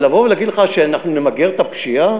אבל לבוא ולהגיד לך שאנחנו נמגר את הפשיעה?